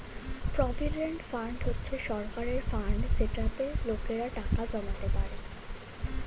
provident fund হচ্ছে সরকারের fund যেটাতে লোকেরা টাকা জমাতে পারে